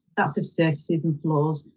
ah so services and floors,